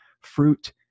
fruit